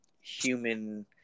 human